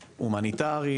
הומניטרית,